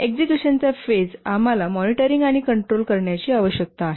एक्झिक्युशनच्या फेजआम्हाला मॉनिटरिंग आणि कंट्रोल करण्याची आवश्यकता आहे